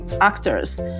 actors